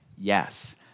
Yes